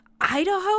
Idaho